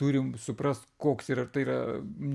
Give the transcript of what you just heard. turim suprast koks yra ar tai yra